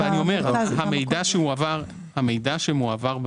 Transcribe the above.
המידע שמועבר,